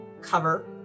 cover